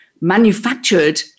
manufactured